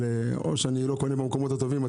או אני לא קונה במקומות הטובים.